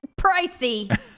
pricey